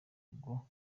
rugo